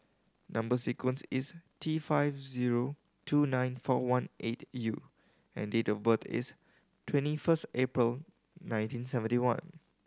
number sequence is T five zero two nine four one eight U and date of birth is twenty first April nineteen seventy one